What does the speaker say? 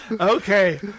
Okay